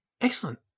excellent